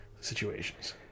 situations